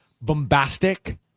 bombastic